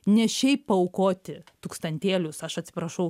ne šiaip paaukoti tūkstantėlius aš atsiprašau